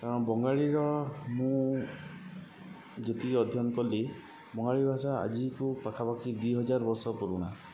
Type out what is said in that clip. କାରଣ ବଙ୍ଗାଳୀର ମୁଁ ଯେତିକି ଅଧ୍ୟୟନ କଲି ବଙ୍ଗାଳୀ ଭାଷା ଆଜିକୁ ପାଖାପାଖି ଦୁଇହଜାର ବର୍ଷ ପୁରୁଣା